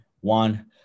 one